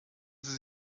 sie